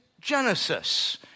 Genesis